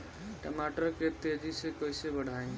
टमाटर के तेजी से कइसे बढ़ाई?